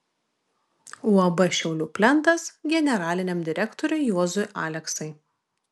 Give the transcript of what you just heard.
uab šiaulių plentas generaliniam direktoriui juozui aleksai